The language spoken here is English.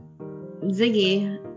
Ziggy